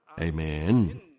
Amen